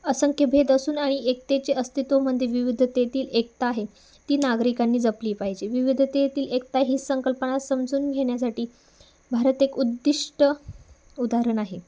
असंख्य भेद असून आणि एकतेचे अस्तित्व म्हणजे विविधतेतील एकता आहे ती नागरिकांनी जपली पाहिजे विविधतेतील एकता ही संकल्पना समजून घेण्यासाठी भारत एक उद्दिष्ट उदाहरण आहे